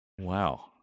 Wow